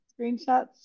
screenshots